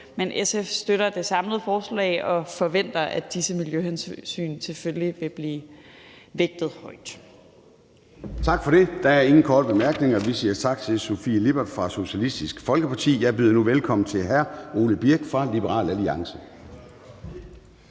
men SF støtter det samlede forslag og forventer, at disse miljøhensyn selvfølgelig vil blive vægtet højt.